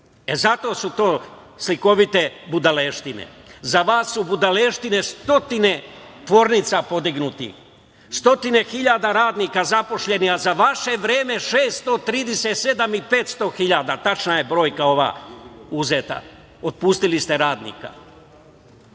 E zato su to slikovite budaleštine.Za vas su budalaštine stotine tvornica podignutih, stotine hiljada radnika zaposlenih, a za vaše vreme 637 i 500 hiljada, tačna je brojka ova uzeta, otpustili ste radnika.